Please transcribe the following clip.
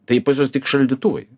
tai pas juos tik šaldytuvai